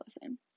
listen